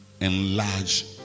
enlarge